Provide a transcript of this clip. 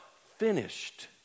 Finished